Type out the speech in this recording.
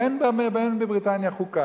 ואין בבריטניה חוקה.